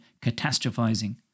catastrophizing